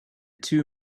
two